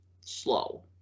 slow